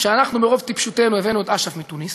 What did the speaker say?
כשאנחנו ברוב טיפשותנו הבאנו את אש"ף מתוניס,